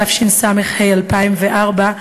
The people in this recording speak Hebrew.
התשס"ה 2004,